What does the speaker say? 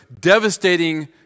devastating